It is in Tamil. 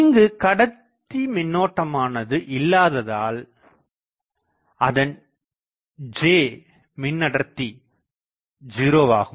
இங்குக் கடத்திமின்னோட்டமானது இல்லாததால் அதன் J மின் அடர்த்தி 0 ஆகும்